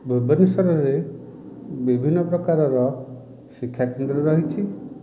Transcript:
ଭୂବନେଶ୍ୱରରେ ବିଭିନ୍ନ ପ୍ରକାରର ଶିକ୍ଷାକେନ୍ଦ୍ର ରହିଛି